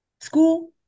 school